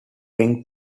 ring